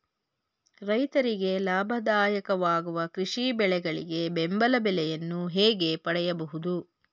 ರೈತರಿಗೆ ಲಾಭದಾಯಕ ವಾಗುವ ಕೃಷಿ ಬೆಳೆಗಳಿಗೆ ಬೆಂಬಲ ಬೆಲೆಯನ್ನು ಹೇಗೆ ಪಡೆಯಬಹುದು?